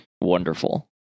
wonderful